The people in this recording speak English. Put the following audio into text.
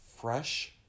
fresh